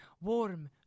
warm